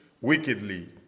wickedly